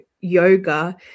yoga